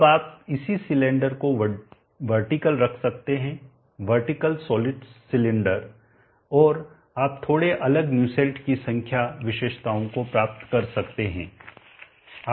अब आप इसी सिलेंडर को वर्टिकल रख सकते हैं वर्टिकल सॉलिड सिलिंडर और आप थोड़े अलग न्यूसेल्ट की संख्या विशेषताओं को प्राप्त कर सकते हैं